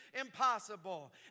impossible